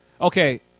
Okay